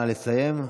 נא לסיים.